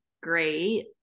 great